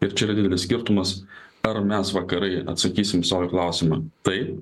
ir čia yra didelis skirtumas ar mes vakarai atsakysim sau į klausimą taip